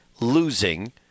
losing